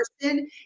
person